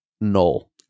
null